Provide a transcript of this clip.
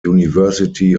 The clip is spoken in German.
university